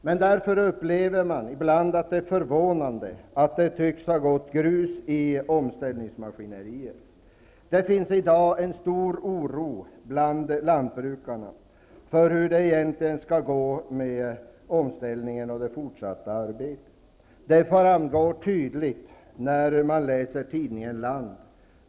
Men just därför är det förvånande att det tycks ha gått grus i omställningsmaskineriet. Det finns i dag en stor oro bland lantbrukarna för hur det egentligen skall gå med omställningen och det fortsatta arbetet. Det framgår tydligt när man läser tidningen Land.